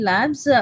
Labs